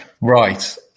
Right